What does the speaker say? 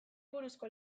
buruzko